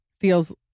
feels